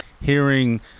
Hearing